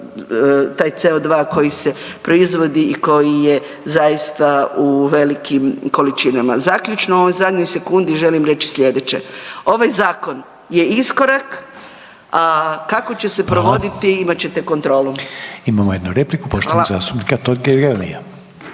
taj CO2 koji se proizvodi i koji je zaista u velikim količinama. Zaključno u ovoj zadnjoj sekundi želim reći sljedeće, ovaj zakon je iskorak, a kako će se provoditi imat ćete kontrolu. **Reiner, Željko (HDZ)** Hvala. Imamo jednu repliku